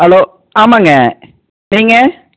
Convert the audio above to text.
hello ஆமாங்க நீங்கள்